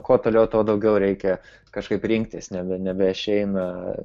kuo toliau tuo daugiau reikia kažkaip rinktis nebe nebeišeina